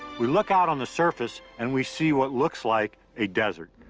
we look out on the surface, and we see what looks like a desert,